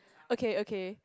okay okay